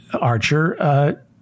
Archer